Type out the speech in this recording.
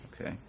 Okay